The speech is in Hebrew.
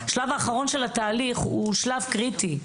השלב האחרון של התהליך הוא שלב קריטי,